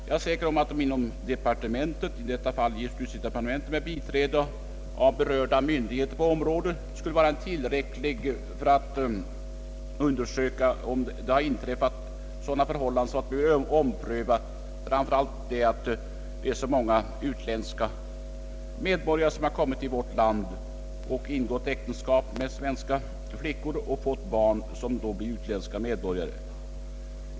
Jag är säker på att justitiedepartementet med biträde av berörda myndigheter på området skulle kunna undersöka, om det föreligger omständigheter som motiverar en omprövning. Det gäller framför allt den omständigheten att så många utlänningar flyttat in i landet och ingått äktenskap med svenska flickor och fått barn, som då blir utländska medborgare.